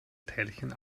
teilchen